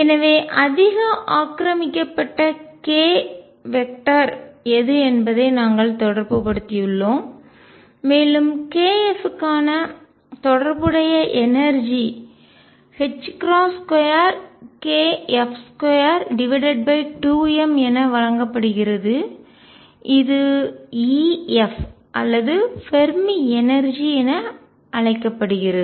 எனவே அதிக ஆக்கிரமிக்கப்பட்ட k வெக்டர் திசையன் எது என்பதை நாங்கள் தொடர்புபடுத்தியுள்ளோம் மேலும் kF க்கான தொடர்புடைய எனர்ஜிஆற்றல் 2kF22m என வழங்கப்படுகிறது இது F அல்லது ஃபெர்மி எனர்ஜிஆற்றல் என அழைக்கப்படுகிறது